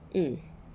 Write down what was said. mm